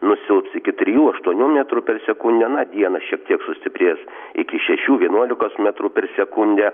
nusilps iki trijų aštuonių metrų per sekundę dieną šiek tiek sustiprės iki šešių vienuolikos metrų per sekundę